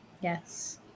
Yes